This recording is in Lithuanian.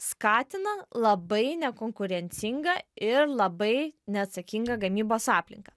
skatina labai nekonkurencingą ir labai neatsakingą gamybos aplinką